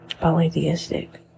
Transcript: polytheistic